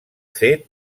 fet